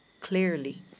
clearly